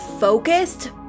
focused